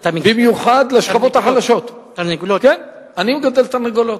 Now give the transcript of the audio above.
במיוחד לשכבות החלשות, אתה מגדל תרנגולות?